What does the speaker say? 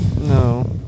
No